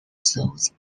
those